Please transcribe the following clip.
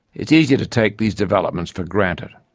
it's easy to take these developments for granted,